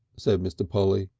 said mr. polly.